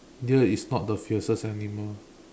deer is not the fiercest animal